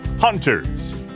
hunters